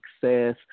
success